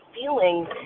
feeling